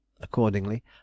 Accordingly